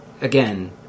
again